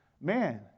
Man